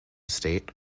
state